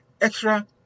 extra